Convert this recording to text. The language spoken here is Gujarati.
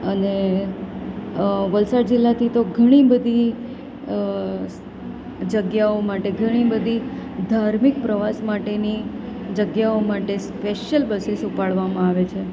અને વલસાડ જિલ્લાથી તો ઘણી બધી જગ્યાઓ માટે ઘણી બધી ધાર્મિક પ્રવાસ માટેની જગ્યાઓ માટે સ્પેશ્યલ બસીસ ઉપાડવામાં આવે છે